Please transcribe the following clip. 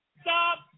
stop